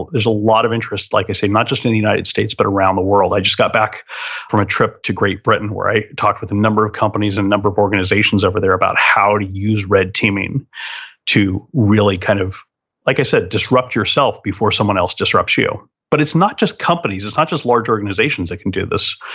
there's a lot of interest, like i say, not just in the united states, but around the world. i just got back from a trip to great britain where i talked with a number of companies and a number of organizations over there about how to use red teaming to really kind of like i said, disrupt yourself before someone else disrupts you. but it's not just companies. it's not just large organizations that can do this.